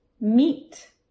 meet